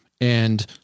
And-